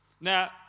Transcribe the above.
Now